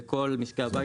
לכל משקי הבית,